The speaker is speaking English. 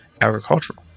agricultural